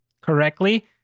correctly